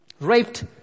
raped